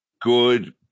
Good